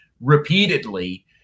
repeatedly